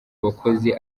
abakozi